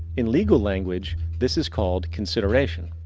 in legal language this is called consideration